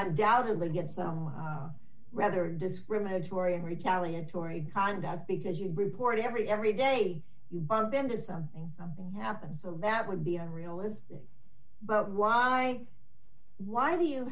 would get so rather discriminatory and retaliatory conduct because you report every every day you bump into something something happened so that would be a realistic but why why do you